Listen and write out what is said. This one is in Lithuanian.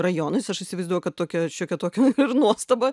rajonais aš įsivaizduoju kad tokia šiokia tokia nuostaba